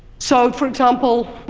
so, for example,